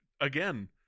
again